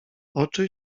oczy